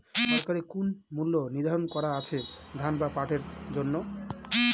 সরকারি কোন মূল্য নিধারন করা আছে ধান বা পাটের জন্য?